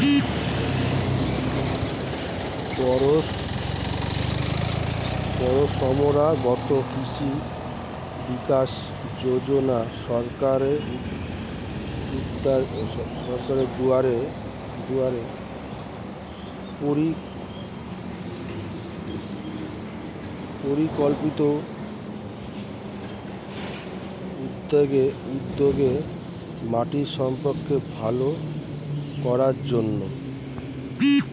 পরম্পরাগত কৃষি বিকাশ যোজনা সরকার দ্বারা পরিকল্পিত উদ্যোগ মাটির স্বাস্থ্য ভাল করার জন্যে